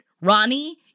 Ronnie